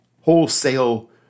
wholesale